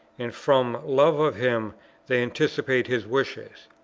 and from love of him they anticipate his wishes.